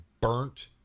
burnt